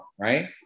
right